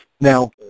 Now